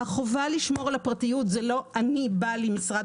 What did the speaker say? החובה לשמור על הפרטיות זה לא אני באה למשרד